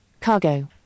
Cargo